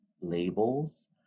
labels